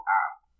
app